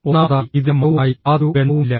ഒന്നാമതായി ഇതിന് മതവുമായി യാതൊരു ബന്ധവുമില്ല